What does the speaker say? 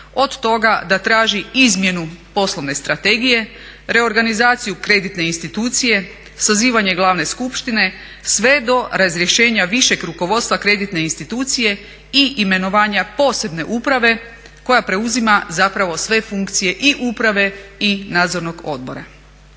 od toga da traži izmjenu poslovne strategije, reorganizaciju kreditne institucije, sazivanje glavne skupštine, sve do razrješenja višeg rukovodstva kreditne institucije i imenovanja posebne uprave koja preuzima zapravo sve funkcije i uprave i nadzornog odbora.